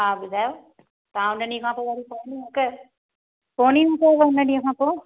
हा ॿुधायो तव्हां हुन ॾींहं खां पोइ वरी फ़ोन ई न कयो फ़ोन ई न कयो हुन ॾींहं खां पोइ